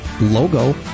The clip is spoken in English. logo